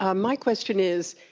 um my question is,